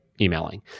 emailing